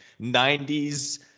90s